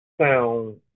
sound